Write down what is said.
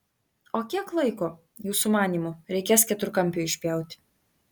o kiek laiko jūsų manymu reikės keturkampiui išpjauti